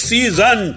Season